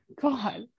God